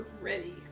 ready